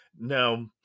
now